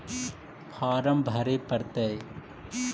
Farm भरे परतय?